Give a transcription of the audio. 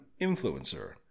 influencer